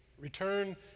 Return